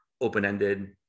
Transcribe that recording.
open-ended